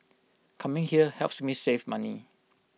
coming here helps me save money